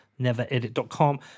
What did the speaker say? neveredit.com